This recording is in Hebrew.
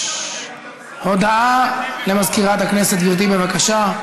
הודעה למזכירת הכנסת, גברתי, בבקשה.